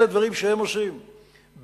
אלה דברים שהם עושים ביוזמתם.